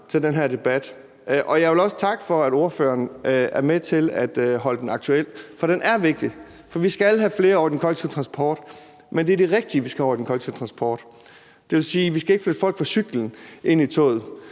til den her debat, og jeg vil også takke for, at ordføreren er med til at holde den aktuel, for den er vigtig. Vi skal have flere over i den kollektive transport, men det er de rigtige, vi skal have over i den kollektive transport. Det vil sige, at vi ikke skal pille folk af cyklen og sætte